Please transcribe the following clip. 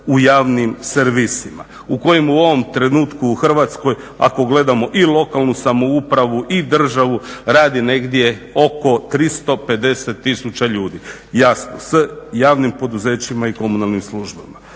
u kojima u ovom trenutku u Hrvatskoj ako gledamo i lokalnu samoupravu i državu radi negdje oko 350 tisuća ljudi, jasno s javnim poduzećima i komunalnim službama.